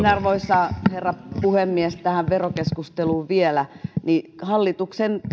arvoisa herra puhemies tähän verokeskusteluun vielä hallituksen